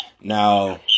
Now